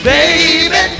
Baby